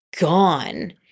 gone